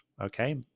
Okay